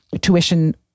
tuition